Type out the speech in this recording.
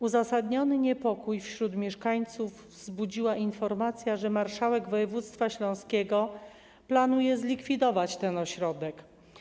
Uzasadniony niepokój wśród mieszkańców wzbudziła informacja, że marszałek województwa śląskiego planuje zlikwidować ten ośrodek.